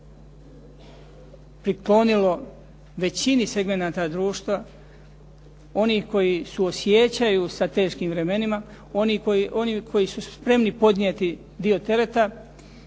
priklonilo većini segmenata društva, onih koji suosjećaju sa teškim vremenima, onih koji su spremni podnijeti dio tereta